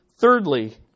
Thirdly